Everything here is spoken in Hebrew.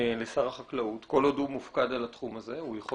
לשר החקלאות כל עוד הוא מופקד על התחום הזה.